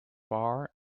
bar